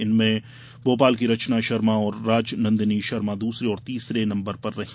इनमें भोपाल की रचना शर्मा और राजनन्दिनी शर्मा दूसरे और तीसरे नंबर पर रहीं